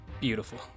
Beautiful